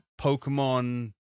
Pokemon